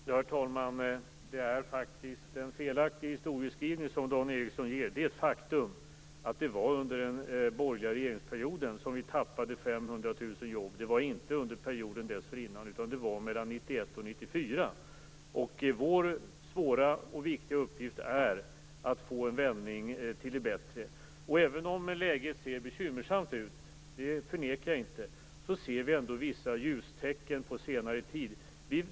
Herr talman! Det är faktiskt en felaktig historieskrivning som Dan Ericsson gör. Det är ett faktum att det var under den borgerliga regeringsperioden som vi tappade 500 000 jobb. Det var inte under perioden dessförinnan utan mellan 1991 och 1994. Vår svåra och viktiga uppgift är att få till stånd en vändning till det bättre. Även om läget ser bekymmersamt ut - det förnekar jag inte - har vi ändå på senare tid sett vissa ljustecken.